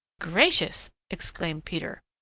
gracious! exclaimed peter.